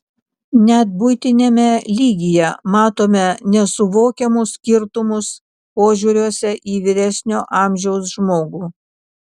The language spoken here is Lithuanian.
net buitiniame lygyje matome nesuvokiamus skirtumus požiūriuose į vyresnio amžiaus žmogų